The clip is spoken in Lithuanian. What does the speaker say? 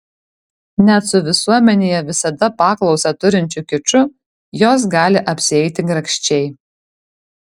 net su visuomenėje visada paklausą turinčiu kiču jos gali apsieiti grakščiai